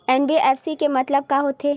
NBFC के मतलब का होथे?